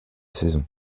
saison